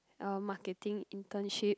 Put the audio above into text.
uh marketing internship